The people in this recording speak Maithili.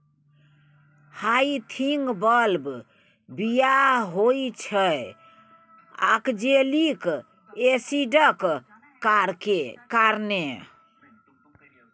हाइसिंथ बल्ब बिखाह होइ छै आक्जेलिक एसिडक कारणेँ